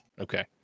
Okay